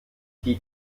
die